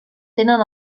tenen